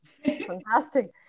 fantastic